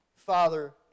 Father